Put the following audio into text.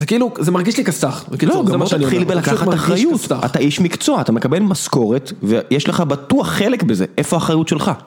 זה כאילו, זה מרגיש לי כסת"ח, זה מה שאני אומר, זה מרגיש לי כסת"ח. אתה איש מקצוע, אתה מקבל משכורת, ויש לך בטוח חלק בזה, איפה האחריות שלך?